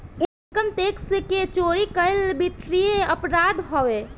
income tax के चोरी कईल वित्तीय अपराध हवे